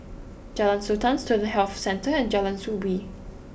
Jalan Sultan Student Health Centre and Jalan Soo Bee